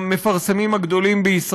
מפעל הפיס הוא אחד מהמפרסמים הגדולים בישראל.